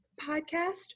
podcast